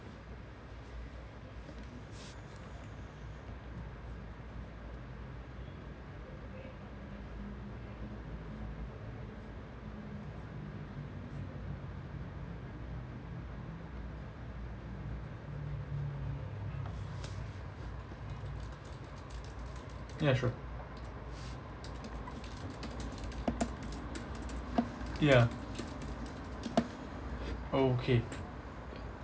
ya sure okay